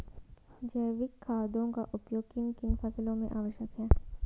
जैविक खादों का उपयोग किन किन फसलों में आवश्यक है?